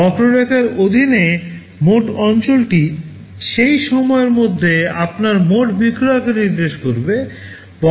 বক্ররেখার অধীনে মোট অঞ্চলটি সেই সময়ের মধ্যে আপনার মোট বিক্রয়কে নির্দেশ করবে